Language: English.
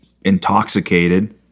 intoxicated